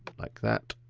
like that.